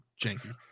janky